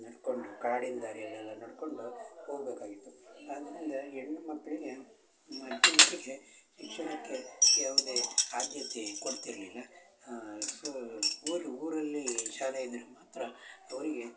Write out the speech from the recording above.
ನಡ್ಕೊಂಡು ಕಾಡಿನ ದಾರಿಯಲ್ಲೆಲ್ಲ ನಡಕೊಂಡು ಹೋಗ್ಬೇಕಾಗಿತ್ತು ಆಮೇಲೆ ಹೆಣ್ಣು ಮಕ್ಕಳಿಗೆ ಶಿಕ್ಷಣಕ್ಕೆ ಯಾವುದೇ ಆದ್ಯತೆ ಕೊಡ್ತಿರಲಿಲ್ಲ ಸೋ ಊರು ಊರಲ್ಲಿ ಶಾಲೆ ಇದ್ರೆ ಹತ್ರ ಅವರಿಗೆ